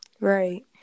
Right